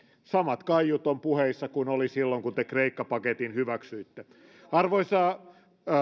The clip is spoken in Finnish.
samat kaiut ovat puheissa kuin olivat silloin kun te kreikka paketin hyväksyitte arvoisa